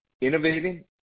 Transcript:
innovating